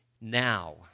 Now